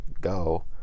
go